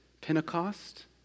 Pentecost